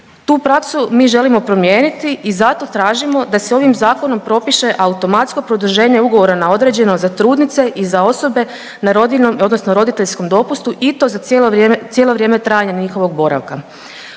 Tu praksu mi želimo promijeniti i zato tražimo da se ovim Zakonom propiše automatsko produženje ugovora na određeno za trudnice i za osobe na rodiljnom odnosno roditeljskom dopustu i to za cijelo vrijeme trajanja njihovog boravka.